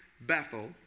Bethel